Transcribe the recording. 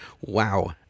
Wow